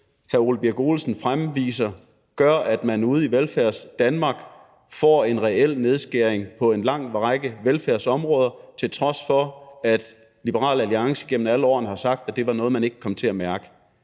hr. Ole Birk Olesen fremviser, gør, at man ude i Velfærdsdanmark får en reel nedskæring på en lang række velfærdsområder, til trods for at Liberal Alliance igennem alle årene har sagt, at det var noget, man ikke kom til at mærke.